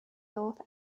north